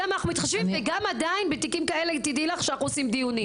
שם אנחנו מתחשבים וגם עדיין בתיקים כאלה תדעי לך שאנחנו עושים דיונים.